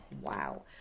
Wow